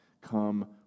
come